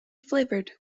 flavored